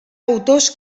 autors